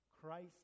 Christ